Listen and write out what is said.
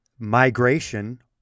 migration